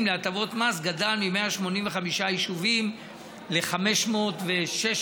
להטבות מס גדל מ-185 יישובים ל-516,